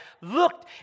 looked